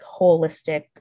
holistic